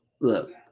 Look